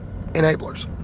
enablers